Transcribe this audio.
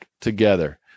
together